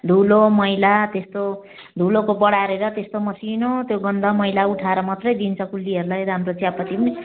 धुलो मैला त्यस्तो धुलोको बढारेर त्यस्तो मसिनो त्यो गन्ध मैला उठाएर मात्रै दिन्छ कुल्लीहरूलाई राम्रो चियापत्ती पनि